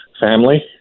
family